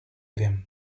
wiem